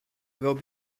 fel